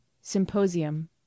Symposium